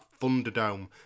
Thunderdome